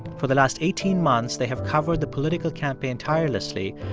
for the last eighteen months, they have covered the political campaign tirelessly,